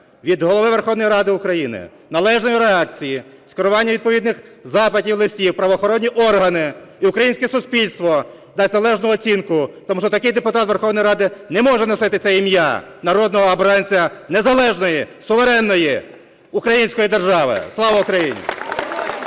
від Голови Верховної Ради України належної реакції, скерування відповідних запитів, листів в правоохоронні органи, і українське суспільство дасть належну оцінку, тому що такий депутат Верховної Ради не може носити це ім'я – народного обранця незалежної суверенної української держави. Слава Україні!